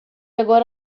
agora